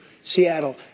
Seattle